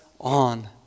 on